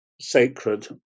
sacred